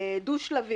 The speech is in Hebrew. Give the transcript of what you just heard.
דו-שלבי,